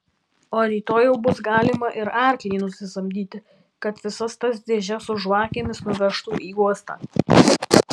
o rytoj jau bus galima ir arklį nusisamdyti kad visas tas dėžes su žvakėmis nuvežtų į uostą